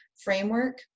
framework